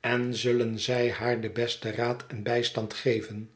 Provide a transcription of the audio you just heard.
en zullen zij haar den besten raad en bijstand geven